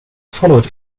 followed